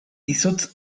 izotz